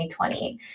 2020